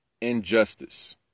injustice